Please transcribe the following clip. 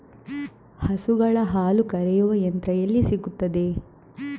ಹಸುಗಳ ಹಾಲು ಕರೆಯುವ ಯಂತ್ರ ಎಲ್ಲಿ ಸಿಗುತ್ತದೆ?